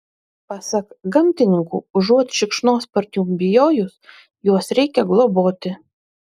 pasak gamtininkų užuot šikšnosparnių bijojus juos reikia globoti